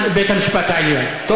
על בית-המשפט העליון?